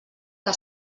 que